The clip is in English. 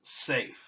safe